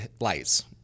lights